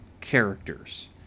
characters